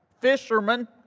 fishermen